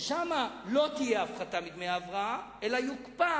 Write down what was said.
ששם לא תהיה הפחתה מדמי הבראה אלא יוקפא